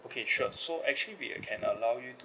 okay sure so actually we can allow you to